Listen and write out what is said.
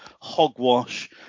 hogwash